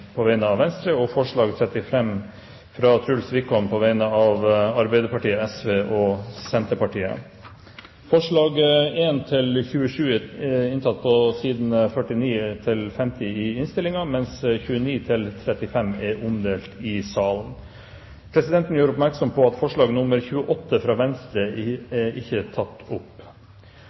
på vegne av Venstre forslag nr. 35, fra Truls Wickholm på vegne av Arbeiderpartiet, SV og Senterpartiet Forslagene nr. 1–27 er inntatt i innstillingen, mens forslagene nr. 29–35 er omdelt i salen. Presidenten gjør oppmerksom på at forslag nr. 28, fra Venstre ikke er tatt opp.